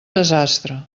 desastre